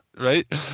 Right